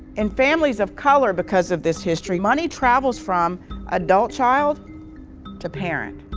in families of color because of this history, money travels from adult child to parent.